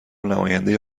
نماینده